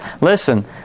Listen